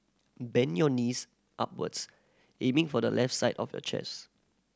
bend your knees upwards aiming for the left side of your chest